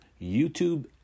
YouTube